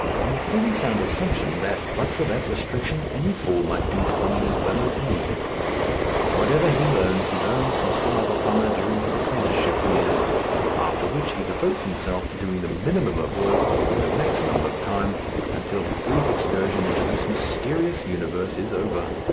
on the fairly sound assumption that but for that restriction any fool might do plumbing as well as he whatever he learns he learns from some other plumber during his apprenticeship years after which he devotes himself to doing the minimum of work in the maximum of time until his brief excursion into this mysterious universe is over.